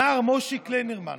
הנער מוישי קליינרמן